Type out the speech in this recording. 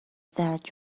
that